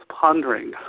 pondering